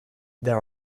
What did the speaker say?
there